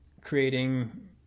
creating